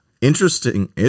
interesting